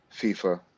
fifa